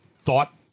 thought